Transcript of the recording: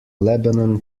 lebanon